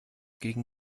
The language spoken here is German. gegen